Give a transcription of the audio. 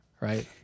right